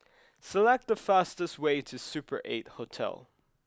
select the fastest way to Super Eight Hotel